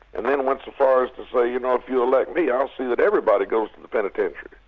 and then went so far as to say you know, if you elect me i'll see that everybody goes to the penitentiary.